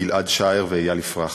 גיל-עד שער ואיל יפרח.